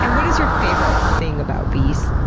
and what is your favorite thing about bees?